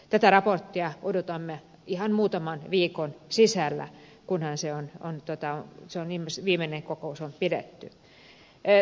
tätä raporttia odotamme ihan muutaman viikon sisällä kun asia on totta se kunhan ohjausryhmän viimeinen kokous on pidetty